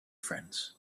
friends